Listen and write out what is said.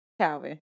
Calvin